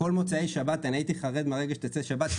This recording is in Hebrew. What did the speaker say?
כל מוצאי שבת אני הייתי חרד מהרגע שתצא שבת,